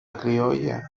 criolla